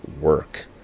work